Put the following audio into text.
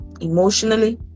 emotionally